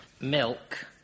milk